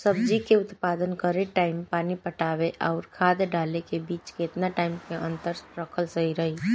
सब्जी के उत्पादन करे टाइम पानी पटावे आउर खाद डाले के बीच केतना टाइम के अंतर रखल सही रही?